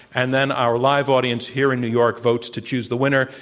and then our live audience here in new york votes to choose the winner.